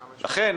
לכן,